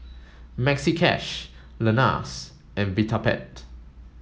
Maxi Cash Lenas and Vitapet